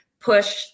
push